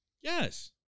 Yes